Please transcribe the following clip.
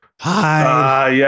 hi